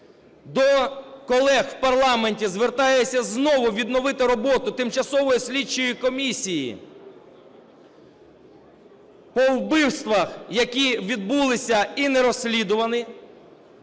До колег в парламенті звертаюся знову відновити роботу Тимчасової слідчої комісії по вбивствах, які відбулися і не розслідувані,